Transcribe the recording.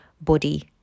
body